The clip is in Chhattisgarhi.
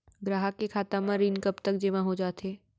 ग्राहक के खाता म ऋण कब तक जेमा हो जाथे?